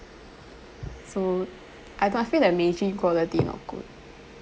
so I don't know I feel like meiji quality not good